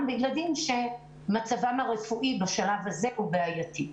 בילדים שמצבם הרפואי בשלב הזה הוא בעייתי.